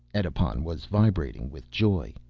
edipon was vibrating with joy.